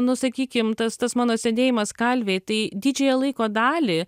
nu sakykim tas tas mano sėdėjimas kalvėj tai didžiąją laiko dalį